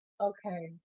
Okay